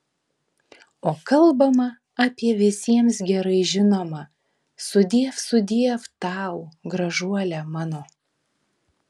o kalbama apie visiems gerai žinomą sudiev sudiev tau gražuole mano